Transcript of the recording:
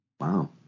Wow